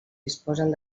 disposen